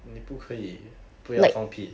你不可以不要放屁